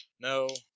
No